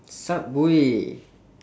subway